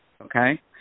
okay